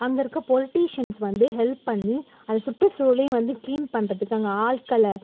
அங்கே இருக்கற பொலிட்டீஷியன்ஸ் வந்து ஹெல்ப் பண்ணி அந்த சுற்றுச்சூழலையும் வந்து கிளீன் பண்ணுறதுக்கு அங்கே ஆட்களை